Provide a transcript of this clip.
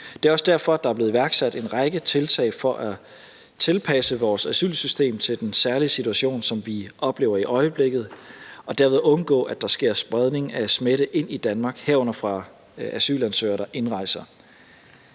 Det er også derfor, at der er blevet iværksat en række tiltag for at tilpasse vores asylsystem til den særlige situation, som vi oplever i øjeblikket, og derved undgå, at der sker en spredning af smitte ind i Danmark, herunder fra asylansøgere, der indrejser.